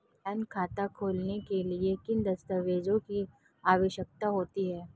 Bank खाता खोलने के लिए किन दस्तावेज़ों की आवश्यकता होती है?